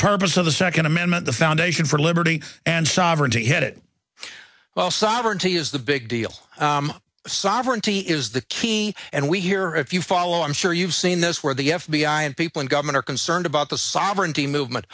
purpose of the second amendment the foundation for liberty and sovereignty had it well sovereignty is the big deal sovereignty is the key and we here if you follow i'm sure you've seen this where the f b i and people in government are concerned about the sovereignty movement